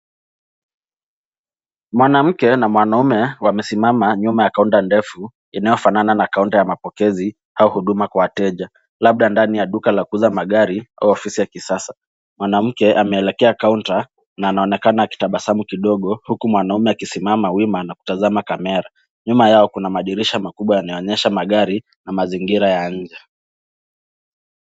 Mwanamke na mwanaume wamesimama nyuma ya kaunta ndefu inayofanana na kaunta ya mapokezi au huduma kwa wateja, labda ndani ya duka la kuuza magari au ofisi ya kisasa. Mwanamke ameelekea kaunta na anaonekana akitabasamu kidogo huku mwanaume akisimama wima na kutazama kamera. Nyuma yao kuna madirisha makubwa yanayonyesha magari na mazingira ya nje.